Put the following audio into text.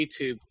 YouTube